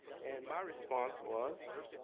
and my response was,